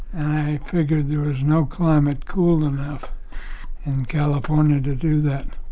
i figured there was no climate cool enough in california to do that